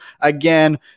again